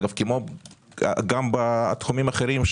כמו גם בתחומים אחרים,